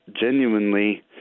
genuinely